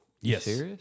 Yes